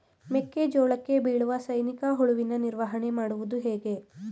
ಮೆಕ್ಕೆ ಜೋಳಕ್ಕೆ ಬೀಳುವ ಸೈನಿಕ ಹುಳುವಿನ ನಿರ್ವಹಣೆ ಮಾಡುವುದು ಹೇಗೆ?